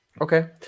Okay